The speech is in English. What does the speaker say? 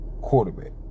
quarterback